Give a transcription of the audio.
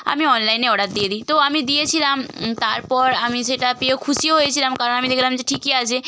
আমি অনলাইনে অর্ডার দিয়ে দিই তো আমি দিয়েছিলাম তারপর আমি সেটা পেয়ে খুশিও হয়েছিলাম কারণ আমি দেখলাম ঠিকই আছে